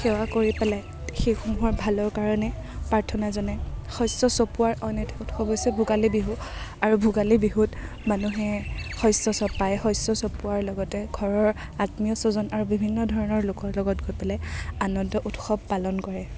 সেৱা কৰি পেলাই সেইসমূহৰ ভালৰ কাৰণে প্ৰাৰ্থনা জনায় শস্য চপোৱাৰ আন এটা উৎসৱ হৈছে ভোগালী বিহু আৰু ভোগালী বিহুত মানুহে শস্য চপাই শস্য চপোৱাৰ লগতে ঘৰৰ আত্মীয় স্বজন আৰু বিভিন্ন ধৰণৰ লোকৰ লগত গৈ পেলাই আনন্দ উৎসৱ পালন কৰে